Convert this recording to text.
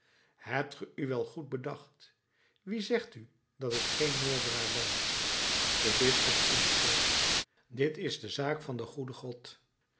hebt ge u wel goed bedacht wie zegt u dat ik geen moordenaar ben de bisschop antwoordde dit is de zaak van den goeden god